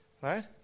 Right